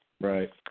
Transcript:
Right